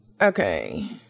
Okay